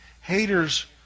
Haters